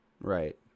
Right